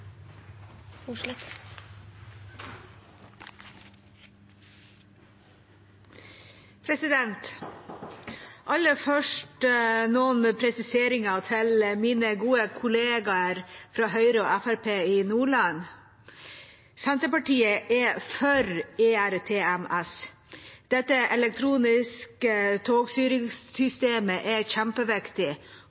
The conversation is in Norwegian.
nok. Aller først noen presiseringer til mine gode kollegaer fra Høyre og Fremskrittspartiet i Nordland: Senterpartiet er for ERTMS, European Rail Traffic Management System. Dette elektroniske togstyringssystemet er kjempeviktig,